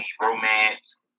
Romance